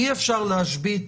אי אפשר להשבית